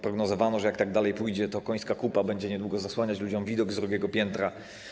Prognozowano, że jak tak dalej pójdzie, to końska kupa będzie niedługo zasłaniać ludziom widok z drugiego piętra.